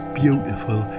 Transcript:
beautiful